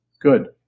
good